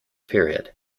period